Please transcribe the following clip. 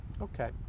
Okay